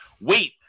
wait